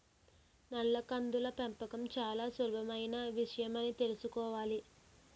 నల్ల కందుల పెంపకం చాలా సులభమైన విషయమని తెలుసుకోవాలి